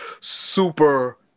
super